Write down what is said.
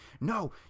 no